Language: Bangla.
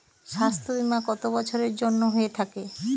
স্বাস্থ্যবীমা কত বছরের জন্য হয়ে থাকে?